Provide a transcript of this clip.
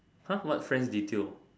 !huh! what friends detail